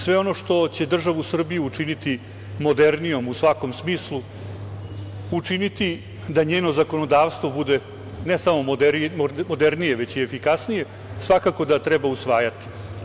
Sve ono što će državu Srbiju učiniti modernijom u svakom smislu, učiniti da njeno zakonodavstvo bude ne samo modernije već i efikasnije, svakako da treba usvajati.